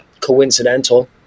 coincidental